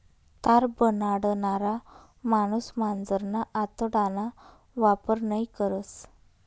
तार बनाडणारा माणूस मांजरना आतडाना वापर नयी करस